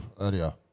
earlier